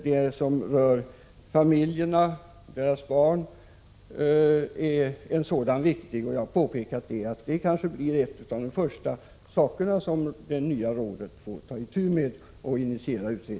Det som rör familjerna och barnen är ett viktigt område. Det kanske blir en av de första frågor som det nya rådet får ta itu med.